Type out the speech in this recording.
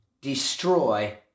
destroy